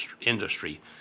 industry